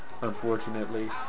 unfortunately